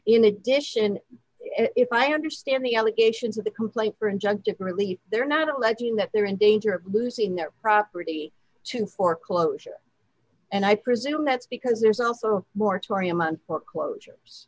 in addition if i understand the allegations of the complaint for injunctive relief they're not alleging that they're in danger of losing their property to foreclosure and i presume that's because there's also a mortuary among foreclosures